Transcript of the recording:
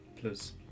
Plus